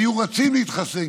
היו רצים להתחסן.